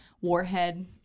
warhead